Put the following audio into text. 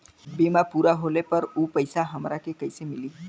बीमा पूरा होले पर उ पैसा हमरा के कईसे मिली?